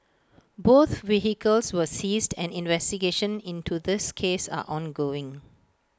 both vehicles were seized and investigations into this case are ongoing